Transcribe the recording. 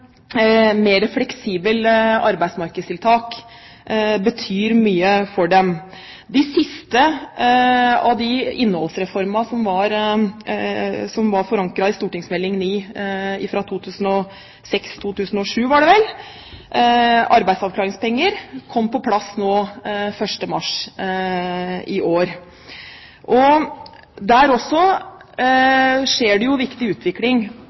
mer fleksible arbeidsmarkedstiltak betyr mye for dem. De siste av de innholdsreformene som var forankret i St.meld. nr. 9 for 2006–2007 – arbeidsavklaringspenger – kom på plass 1. mars i år. Der også skjer det jo en viktig utvikling.